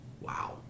Wow